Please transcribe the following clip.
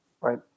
Right